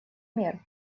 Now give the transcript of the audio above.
мер